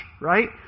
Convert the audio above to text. Right